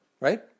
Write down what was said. Right